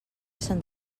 sant